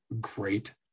great